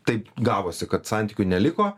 taip gavosi kad santykių neliko